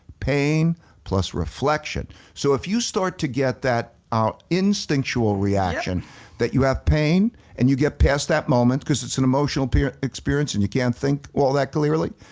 pain plus reflection. so if you start to get that out instinctual reaction that you have pain and you get past that moment cause it's an emotional experience and you can't think all that clearly,